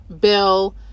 Bill